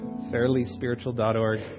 Fairlyspiritual.org